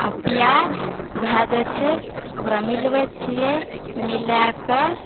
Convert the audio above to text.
आ प्याज भै जाइत छै ओकरा मिलबैत छियै मिलाकऽ